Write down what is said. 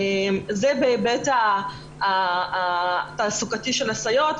זה בהיבט התעסוקתי של הסייעות,